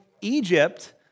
Egypt